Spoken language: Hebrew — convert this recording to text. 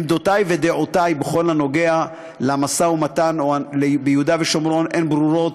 עמדותי ודעותי בכל הקשור למשא-ומתן ביהודה ושומרון הן ברורות,